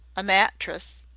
a mattress,